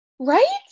right